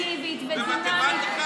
תבטלי את הבגרות באנגלית.